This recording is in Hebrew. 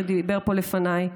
שדיבר פה לפניי,